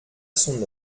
son